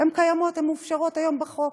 הן קיימות, הן מתאפשרות היום בחוק.